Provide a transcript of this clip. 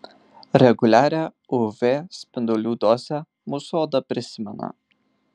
reguliarią uv spindulių dozę mūsų oda prisimena